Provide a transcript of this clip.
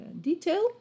detail